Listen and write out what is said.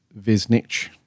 Viznich